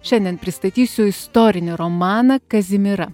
šiandien pristatysiu istorinį romaną kazimira